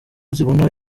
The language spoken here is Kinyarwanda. zibona